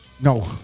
No